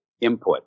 input